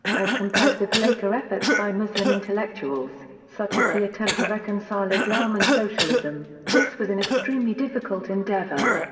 as compared with later efforts by muslim intellectuals, such as the attempt to reconcile islam and socialism, this was an extremely difficult endeavor.